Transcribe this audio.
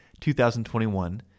2021